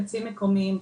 עצים מקומיים,